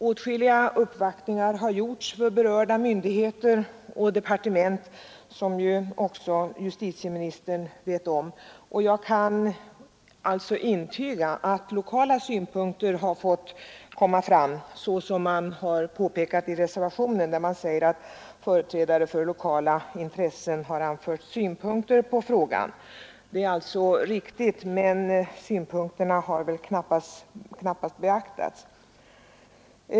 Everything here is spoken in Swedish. Åtskilliga uppvaktningar har, som justitieministern vet, gjorts för berörda myndigheter och departement. I reservationen sägs det att lokala intressen före beslutet fått anföra synpunkter på frågan. Jag kan intyga att det är riktigt. Men dessa synpunkter har knappast beaktats.